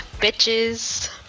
Bitches